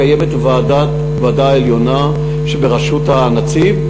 קיימת ועדה עליונה בראשות הנציב,